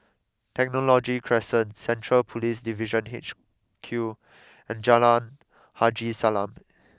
Technology Crescent Central Police Division H Q and Jalan Haji Salam